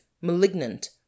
malignant